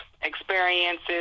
Experiences